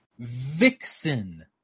Vixen